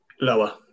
Lower